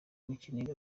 n’ikiniga